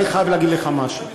אני חייב להגיד לך משהו.